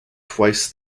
twice